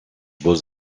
beaux